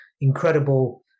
incredible